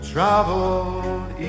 Traveled